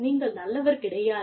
நீங்கள் நல்லவர் கிடையாது